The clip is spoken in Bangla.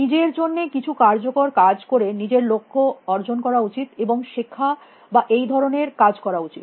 নিজের জন্য কিছু কার্যকর কাজ করে নিজের লক্ষ অর্জন করা উচিত এবং শেখা বা এই ধরনের কাজ করা উচিত